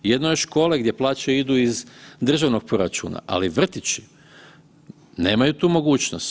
Jedno je škole gdje plaće idu iz državnog proračuna, ali vrtići nemaju tu mogućnost.